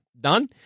done